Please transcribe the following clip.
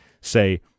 say